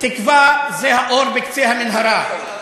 תקווה זה האור בקצה המנהרה,